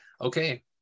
okay